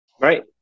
Right